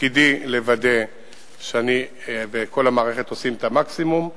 תפקידי לוודא שאני וכל המערכת עושים את המקסימום.